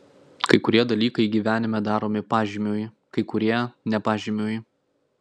kai kurie dalykai gyvenime daromi pažymiui kai kurie ne pažymiui